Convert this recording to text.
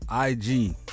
IG